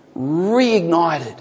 reignited